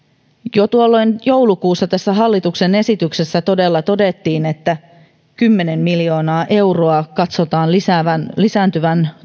jo tuolloin joulukuussa tässä hallituksen esityksessä todella todettiin että kymmenen miljoonaa euroa katsotaan lisääntyvän lisääntyvän